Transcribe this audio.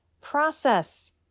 process